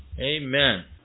Amen